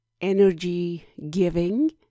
energy-giving